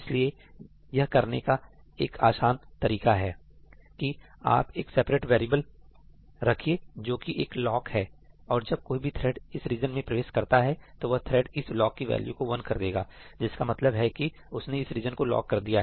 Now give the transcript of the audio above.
इसलिए यह करने का एक आसान तरीका है कि आप एक सेपरेट वेरिएबल रखिए जो कि एक लॉक है और जब कोई भी थ्रेड इस रीजन में प्रवेश करता है तो वह थ्रेड इस लॉक की वैल्यू को वन कर देगा जिसका मतलब है कि उसने उस रीज़न को लॉक कर दिया है